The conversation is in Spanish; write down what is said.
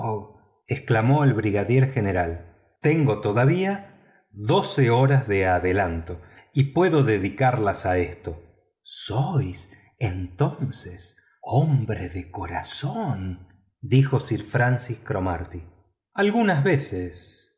exclamó el brigadier general tengo todavía doce horas de adelanto y puedo dedicarlas a esto sois entonces hombre de corazón dijo sir francis cromarty algunas veces